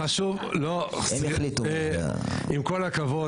האם יש סיבה שזה לא מוגדר?